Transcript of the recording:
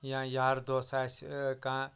یا یار دوس آسہِ کانٛہہ